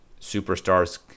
superstars